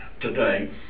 today